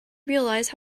realize